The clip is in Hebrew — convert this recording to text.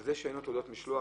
על זה שאין לו תעודת משלוח?